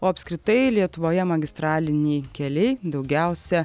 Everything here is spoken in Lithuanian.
o apskritai lietuvoje magistraliniai keliai daugiausia